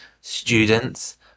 students